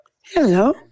Hello